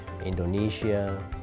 Indonesia